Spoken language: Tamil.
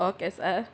okay sir